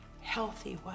healthy